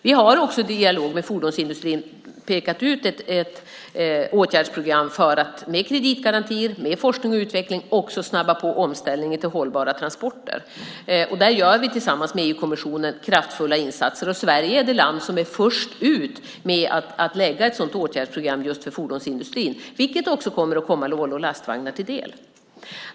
Vi har i dialog med fordonsindustrin pekat ut ett åtgärdsprogram för att med kreditgarantier och med forskning och utveckling snabba på utvecklingen och omställningen till hållbara transporter. Där gör vi tillsammans med EU-kommissionen kraftfulla insatser. Sverige är det land som är först ut med att införa ett sådant åtgärdsprogram för fordonsindustrin. Det kommer att komma också Volvo Lastvagnar till del.